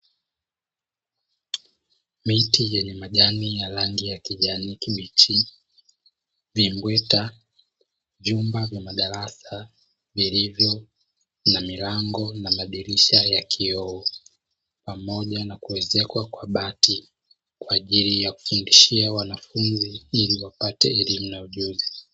Miti yenye majani ya rangi ya kijani kibichi, vimbweta, vyumba vya madarasa vilivyo milango na madirisha ya kioo pamoja na kuwezekwa kwa bati kwa ajili ya kufundishia wanafunzi ili wapate elimu na ujuzi.